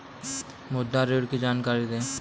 मुद्रा ऋण की जानकारी दें?